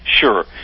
sure